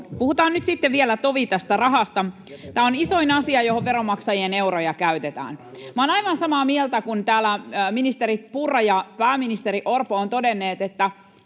Puhutaan nyt sitten vielä tovi tästä rahasta. Tämä on isoin asia, johon veronmaksajien euroja käytetään. Olen aivan samaa mieltä kuin täällä ministeri Purra ja pääministeri Orpo ovat todenneet, että